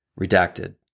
Redacted